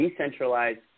decentralized